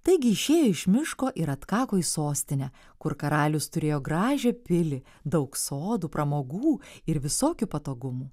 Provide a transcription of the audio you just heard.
taigi išėjo iš miško ir atkako į sostinę kur karalius turėjo gražią pilį daug sodų pramogų ir visokių patogumų